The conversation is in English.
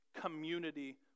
community